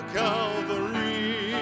calvary